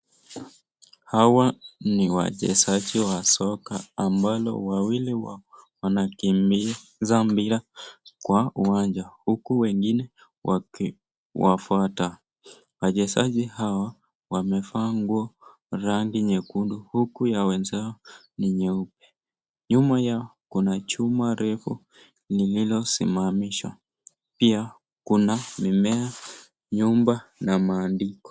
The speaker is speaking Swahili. Hawa ni wachezaji wa soka ambalo wawili wao wanakimbiza mpira kwa uanja huku wengine wakiwafuata. Wachezaji hao wamevaa nguo rangi nyekundu huku ya wenzao ni nyeupe. Nyuma Yao Kuna chuma refu lililo simamishwa pia kuna mimea, nyumba na maandiko.